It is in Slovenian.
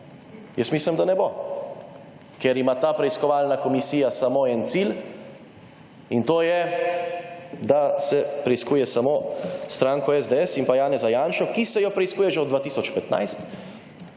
Jaz mislim, da ne bo, ker ima ta preiskovalna komisija samo en cilj, in to je da se preiskuje samo stranko SDS in Janeza Janšo, ki se jo preiskuje že od 2015,